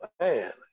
man